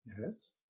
Yes